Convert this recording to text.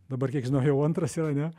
dabar kiek žinau jau antras yra ne